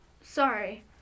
sorry